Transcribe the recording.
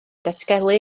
datgelu